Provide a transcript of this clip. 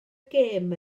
gêm